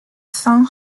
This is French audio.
fin